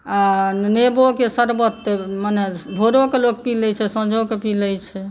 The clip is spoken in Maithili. आ नेबोके शर्बत तऽ मने भोरोके लोक पी लै छै साँझोके पी लै छै